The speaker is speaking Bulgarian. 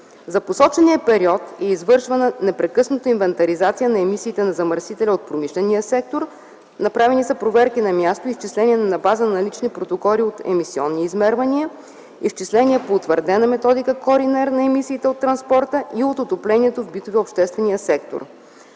За посочения период е извършвана непрекъсната инвентаризация на емисиите на замърсители от промишления сектор. Направени са проверки на място, изчисления на база налични протоколи от емисионни измервания, изчисления по утвърдена методика Коринер на емисиите от транспорта и от отоплението в битовия и обществения сектор.